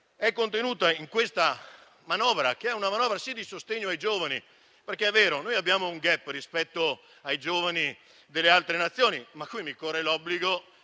è contenuta in questa manovra, che è una manovra, sì, di sostegno ai giovani. È vero, noi abbiamo un *gap* rispetto ai giovani delle altre Nazioni, ma qui mi corre l'obbligo